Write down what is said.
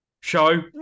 show